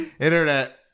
internet